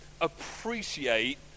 appreciate